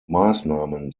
maßnahmen